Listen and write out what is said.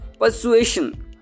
persuasion